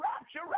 rapture